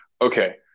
okay